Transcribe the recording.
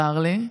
צר לי,